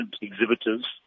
exhibitors